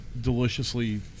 deliciously